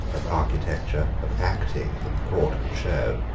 of architecture, of acting, that the court could show.